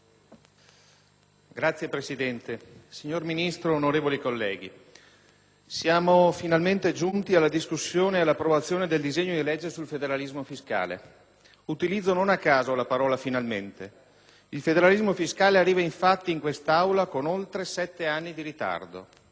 Signor Presidente, signor Ministro, onorevoli colleghi, siamo finalmente giunti alla discussione e all'approvazione del disegno di legge sul federalismo fiscale. Utilizzo, non a caso, la parola finalmente. Il federalismo fiscale arriva, infatti, in quest'Aula con oltre 7 anni di ritardo.